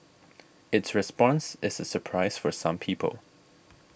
its response is a surprise for some people